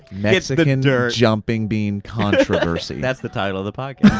mexican and jumping bean controversy. that's the title of the podcast.